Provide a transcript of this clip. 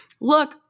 look